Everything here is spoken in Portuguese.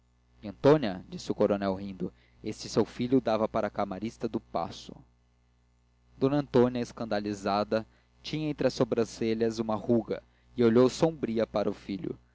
disse o coronel rindo este seu filho dava para camarista do paço d antônia escandalizada tinha entre as sobrancelhas uma ruga e olhou sombria para o filho